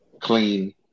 Clean